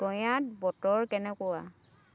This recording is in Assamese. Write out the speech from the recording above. গয়াত বতৰ কেনেকুৱা